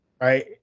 Right